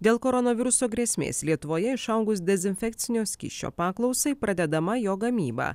dėl koronaviruso grėsmės lietuvoje išaugus dezinfekcinio skysčio paklausai pradedama jo gamyba